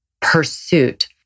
pursuit